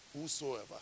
whosoever